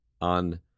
on